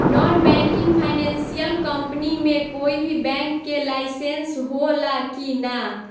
Non banking financial company मे कोई भी बैंक के लाइसेन्स हो ला कि ना?